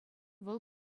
вӑл